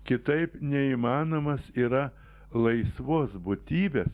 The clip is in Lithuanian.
kitaip neįmanomas yra laisvos būtybės